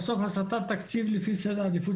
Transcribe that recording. שאנחנו הסתפקנו ורצינו לדבר רק על התכנון ולא על תקציבים,